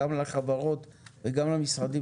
גם לחברות וגם למשרדים,